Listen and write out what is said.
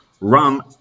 rum